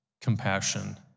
compassion